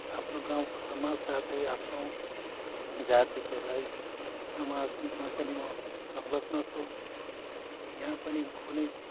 आफ्नो गाउँको समाज साथै आफ्नो जातिको राई समाजमा पनि म संलग्न छु यहाँ पनि कुनै